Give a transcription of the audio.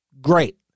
Great